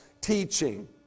teaching